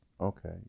Okay